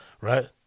Right